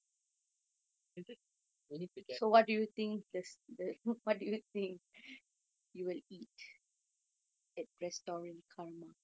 it's just you need to get